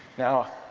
now,